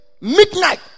midnight